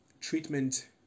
treatment